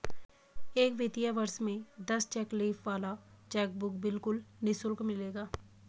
एक वित्तीय वर्ष में दस चेक लीफ वाला चेकबुक बिल्कुल निशुल्क मिलेगा